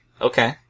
Okay